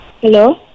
Hello